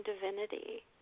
divinity